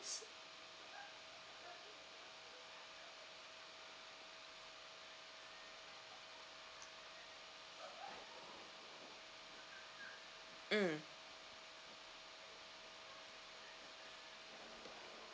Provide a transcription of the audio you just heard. mm